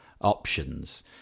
options